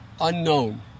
unknown